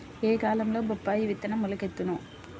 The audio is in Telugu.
ఏ కాలంలో బొప్పాయి విత్తనం మొలకెత్తును?